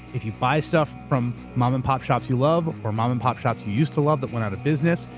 if you buy stuff from mom and pop shops you love, or mom and pop shops you used to love that went out of business.